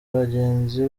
bagenzi